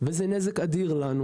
זה נזק אדיר לנו.